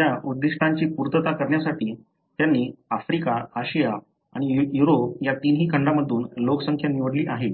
या उद्दिष्टांची पूर्तता करण्यासाठी त्यांनी आफ्रिका आशिया आणि युरोप या तिन्ही खंडांमधून लोकसंख्या निवडली आहे